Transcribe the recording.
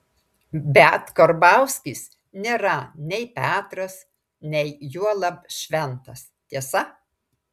bet karbauskis nėra nei petras nei juolab šventas tiesa